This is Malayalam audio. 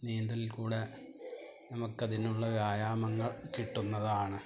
നീന്തലിൽക്കൂടി നമുക്കതിനുള്ള വ്യായാമങ്ങൾ കിട്ടുന്നതാണ്